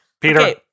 Peter